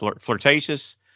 flirtatious